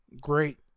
Great